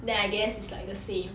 then I guess it's like the same